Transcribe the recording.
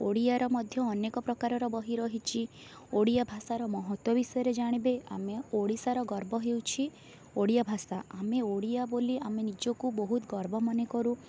ଓଡ଼ିଆର ମଧ୍ୟ ଅନେକ ପ୍ରକାରର ବହି ରହିଛ ଓଡ଼ିଆଭାଷାର ମହତ୍ୱ ବିଷୟରେ ଜାଣିବେ ଆମେ ଓଡ଼ିଶାର ଗର୍ବ ହେଉଛି ଓଡ଼ିଆଭାଷା ଆମେ ଓଡ଼ିଆ ବୋଲି ଆମେ ନିଜକୁ ବହୁତ ଗର୍ବ ମାନେ କରୁ